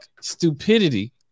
stupidity